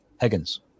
Higgins